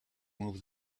move